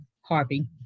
Harvey